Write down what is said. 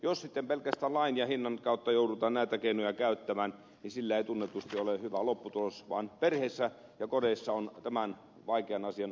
jos pelkästään lain ja hinnan keinoja joudutaan käyttämään sillä ei tunnetusti ole hyvää lopputulosta vaan perheissä ja kodeissa on tämän vaikean asian